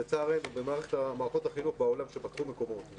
לצערנו מערכות החינוך בעולם שפתחו מקומות,